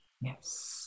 Yes